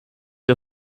der